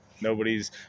Nobody's